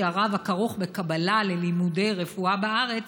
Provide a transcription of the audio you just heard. הרב הכרוך בקבלה ללימודי רפואה בארץ,